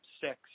six